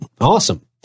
Awesome